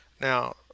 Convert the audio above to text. Now